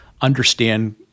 understand